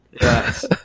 Yes